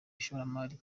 ishoramari